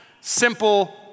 simple